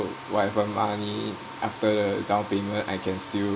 with the money after down payment I can still